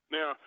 Now